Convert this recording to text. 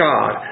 God